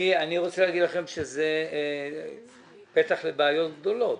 אני רוצה להגיד לכם שזה פתח לבעיות גדולות.